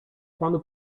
panu